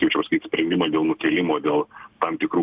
kaip čia pasakyt sprendimą dėl nukėlimo dėl tam tikrų